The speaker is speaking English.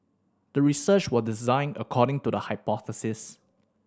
the research was designed according to the hypothesis